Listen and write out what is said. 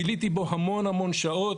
ביליתי בו המון שעות,